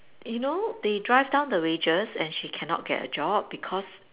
you know they drive down the wages and she cannot get a job because